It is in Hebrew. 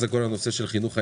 זה כל הנושא של חינוך הילדים.